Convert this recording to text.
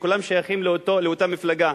שדרך אגב כולם שייכים לאותה מפלגה,